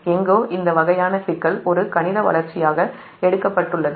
எங்கோ இந்த வகையான சிக்கல் ஒரு கணித வளர்ச்சியாக எடுக்கப்பட்டுள்ளது